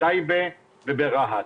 בטייבה וברהט.